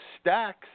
stacks